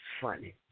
funny